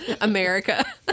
America